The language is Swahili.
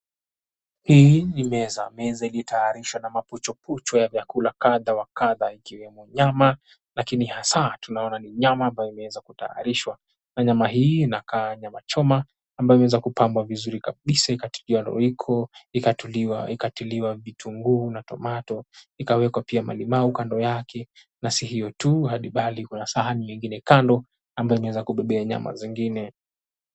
Hii ni meza. Meza ilitayarishwa na mapuchopucho ya vyakula kadha wa kadha ikiwemo nyama lakini hasa tunaona ni nyama ambayo imeweza kutayarishwa. Na nyama hii inakaa nyama choma ambayo imeweza kupambwa vizuri kabisa, ikatiliwa royco , ikatuliwa, ikatiliwa vitunguu na tomato. Ikawekwa pia malimau kando yake na si hiyo tu bali kuna sahani nyingine kando ambayo imeweza kubeba nyama zingine.